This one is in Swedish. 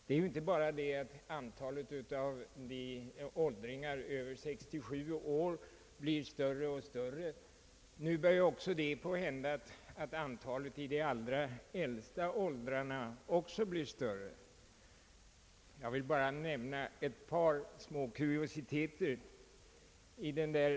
Det är inte bara så att antalet åldringar över 67 år blir större och större, utan också antalet i de allra äldsta åldrarna börjar nu växa. Jag vill bara nämna ett par små kuriositeter i detta sammanhang.